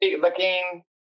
looking